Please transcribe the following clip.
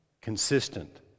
Consistent